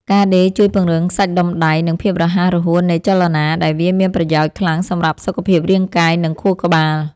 ការដេរជួយពង្រឹងសាច់ដុំដៃ និងភាពរហ័សរហួននៃចលនា ដែលវាមានប្រយោជន៍ខ្លាំងសម្រាប់សុខភាពរាងកាយ និងខួរក្បាល។